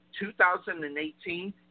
2018